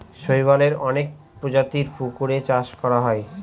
শৈবালের অনেক প্রজাতির পুকুরে চাষ করা হয়